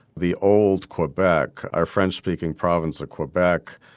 the old quebec, our french speaking province of quebec.